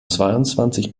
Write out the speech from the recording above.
zweiundzwanzig